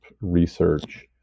research